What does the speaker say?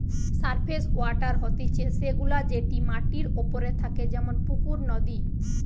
surface water হতিছে সে গুলা যেটি মাটির ওপরে থাকে যেমন পুকুর, নদী